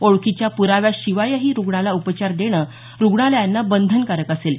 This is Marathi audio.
ओळखीच्या प्राव्याशिवायही रुग्णाला उपचार देणं रुग्णालयांना बंधनकारक असेल